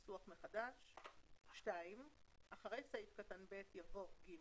2. אחרי סעיף קטן (ב) יבוא: "(ג)